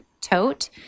tote